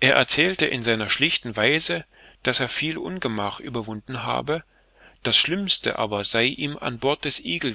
er erzählte in seiner schlichten weise daß er viel ungemach überwunden habe das schlimmste aber sei ihm an bord des